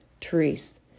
Therese